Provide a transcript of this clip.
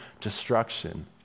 destruction